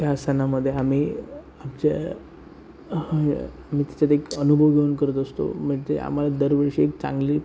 त्या सणामध्ये आम्ही आमच्या आम्ही त्याच्यात एक अनुभव घेऊन करत असतो म्हणजे आम्हाला दरवर्षी एक चांगली